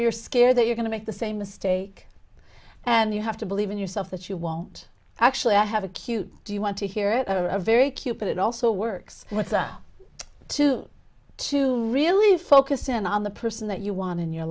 're scared that you're going to make the same mistake and you have to believe in yourself that you won't actually i have a cute do you want to hear it very cute but it also works with two to really focus in on the person that you want in your